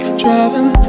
driving